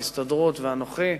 ההסתדרות ואנוכי,